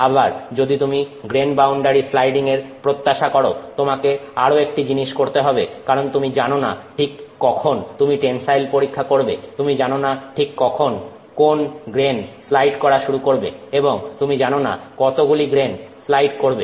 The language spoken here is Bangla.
আবার যদি তুমি গ্রেন বাউন্ডারি স্লাইডিং এর প্রত্যাশা করো তোমাকে আরও একটি জিনিস করতে হবে কারণ তুমি জানো না ঠিক কখন তুমি টেনসাইল পরীক্ষা করবে তুমি জানো না ঠিক কখন কোন গ্রেন স্লাইড করা শুরু করবে এবং তুমি জানোনা কতগুলি গ্রেন স্লাইড করবে